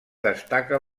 destaca